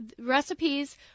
recipes